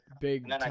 big